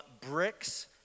Bricks